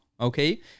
Okay